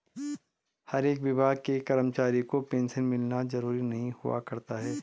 हर एक विभाग के कर्मचारी को पेन्शन मिलना जरूरी नहीं हुआ करता है